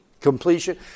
Completion